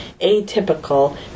atypical